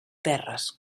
terres